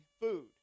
food